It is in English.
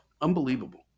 Unbelievable